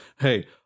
hey